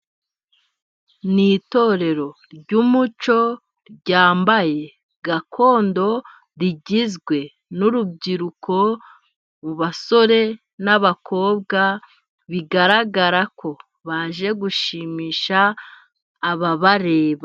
Ni itorero ry'umuco ryambaye gakondo. Rigizwe n'urubyiruko rw'sbasore n'abakobwa bigaragara ko baje gushimisha ababareba.